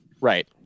Right